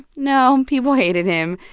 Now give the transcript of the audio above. no, people hated him.